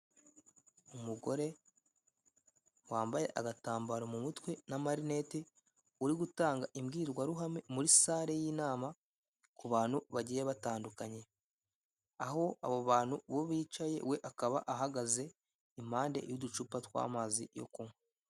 Umugore wambaye agatambaro mu mutwe n'amarinete uri gutanga imbwirwaruhame muri sare y'inama ku bantu bagiye batandukanye, aho abo bantu bo bicaye we akaba ahagaze, impande y'uducupa tw'amazi yo kunywa.